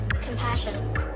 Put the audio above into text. Compassion